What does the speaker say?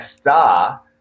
star